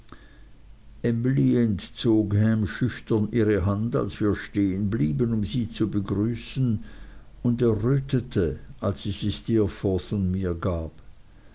entzog ham schüchtern ihre hand als wir stehen blieben um sie zu begrüßen und errötete als sie sie steerforth und mir gab